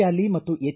valley ಮತ್ತು H